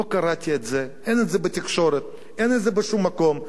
לא קראתי את זה, אין בתקשורת, אין בשום מקום.